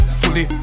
fully